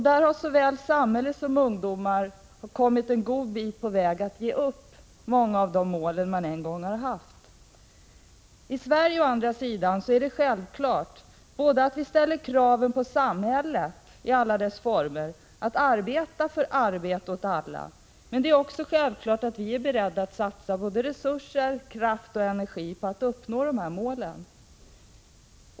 Där har såväl samhället som ungdomarna kommit en god bit på väg att ge upp många av de mål man en gång hade. I Sverige å andra sidan är det självklart både att vi ställer kraven på samhället att verka för att alla får arbete och att vi är beredda att satsa både resurser, kraft och energi på att uppnå målen.